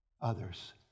others